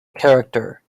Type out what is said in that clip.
character